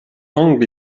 angry